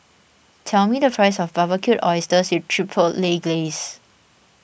tell me the price of Barbecued Oysters with Chipotle Glaze